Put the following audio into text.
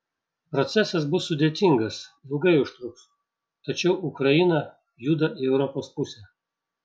procesas bus sudėtingas ilgai užtruks tačiau ukraina juda į europos pusę